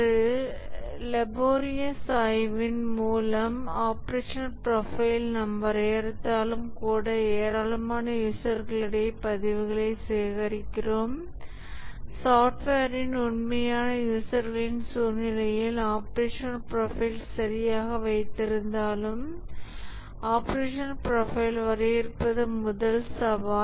ஒரு லேபோரியஸ் ஆய்வின் மூலம் ஆபரேஷனல் ப்ரொஃபைல் நாம் வரையறுத்தாலும் கூட ஏராளமான யூசர்களிடையே பதிவுகளை சேகரிக்கிறோம் சாஃப்ட்வேரின் உண்மையான யூசர்களின் சூழ்நிலையில் ஆபரேஷனல் ப்ரொஃபைல் சரியாக வைத்திருந்தாலும் ஆபரேஷனல் ப்ரொஃபைல் வரையறுப்பது முதல் சவால்